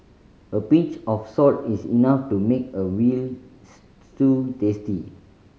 a pinch of salt is enough to make a veal stew tasty